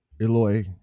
Eloy